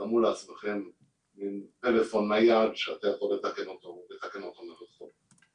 תארו לעצמכם טלפון נייד שאתה יכול לתקן אותו בתקנות הנוכחיות.